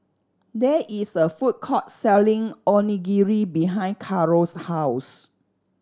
there is a food court selling Onigiri behind Caro's house